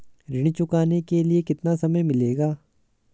ऋण चुकाने के लिए कितना समय मिलेगा?